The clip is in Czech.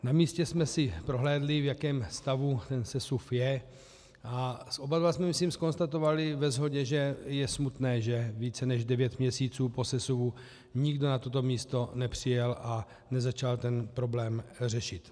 Na místě jsme si prohlédli, v jakém stavu ten sesuv je, a oba dva jsme, myslím, zkonstatovali ve shodě, že je smutné, že více než devět měsíců po sesuvu nikdo na toto místo nepřijel a nezačal ten problém řešit.